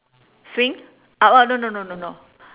swing ah no no no no no